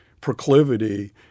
proclivity